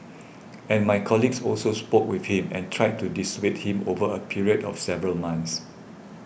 and my colleagues also spoke with him and tried to dissuade him over a period of several months